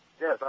Yes